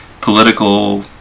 political